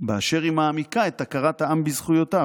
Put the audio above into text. באשר היא מעמיקה את הכרת העם בזכויותיו.